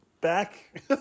back